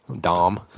Dom